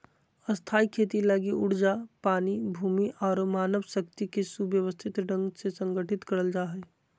स्थायी खेती लगी ऊर्जा, पानी, भूमि आरो मानव शक्ति के सुव्यवस्थित ढंग से संगठित करल जा हय